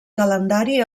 calendari